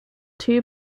two